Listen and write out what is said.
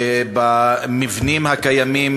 במבנים הקיימים,